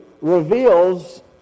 reveals